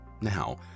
now